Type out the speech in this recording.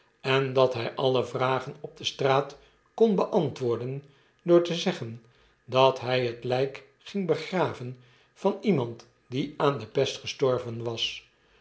en dat hij alle vragen op de straat kon beantwoorden door te zeggen dat hij het lijk ging begraven van iemand die aan de pest gestorven was